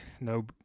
No